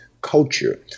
culture